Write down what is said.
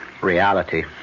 reality